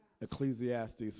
Ecclesiastes